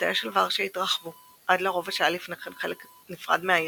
גבולותיה של ורשה התרחבו עד לרובע שהיה לפני כן חלק נפרד מהעיר,